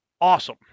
awesome